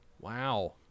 Wow